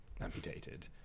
amputated